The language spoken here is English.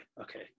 Okay